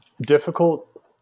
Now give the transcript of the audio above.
difficult